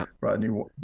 Rodney